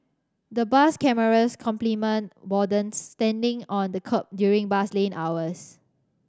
the bus cameras complement wardens standing on the kerb during bus lane hours